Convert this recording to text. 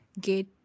get